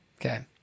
Okay